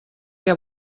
què